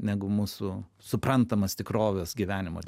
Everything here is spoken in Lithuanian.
negu mūsų suprantamas tikrovės gyvenimo